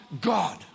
God